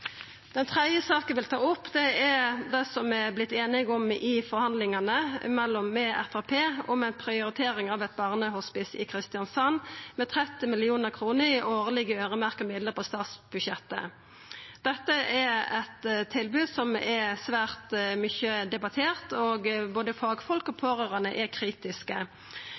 Den tredje saka eg vil ta opp, er det som ein har vorte einige om i forhandlingane med Framstegspartiet om ei prioritering av eit barnehospice i Kristiansand, med 30 mill. kr i årlege øyremerkte midlar på statsbudsjettet. Dette er eit tilbod som er svært mykje debattert, og både fagfolk og pårørande er kritiske.